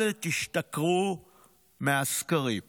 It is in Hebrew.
אל תשתכרו מהסקרים.